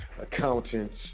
accountants